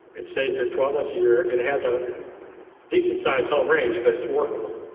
it stays there twelve months a year, it has a decent size home range, but it's workable.